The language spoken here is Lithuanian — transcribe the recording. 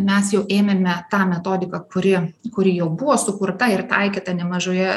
mes jau ėmėme tą metodiką kuri kuri jau buvo sukurta ir taikyta nemažoje